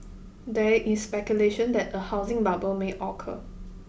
there is speculation that a housing bubble may occur